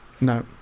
no